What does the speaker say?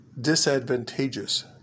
disadvantageous